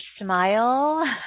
smile